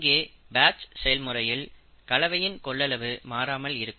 இங்கே பேட்ச் செயல்முறையில் கலவையின் கொள்ளளவு மாறாமல் இருக்கும்